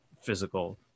physical